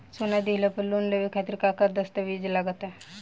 सोना दिहले पर लोन लेवे खातिर का का दस्तावेज लागा ता?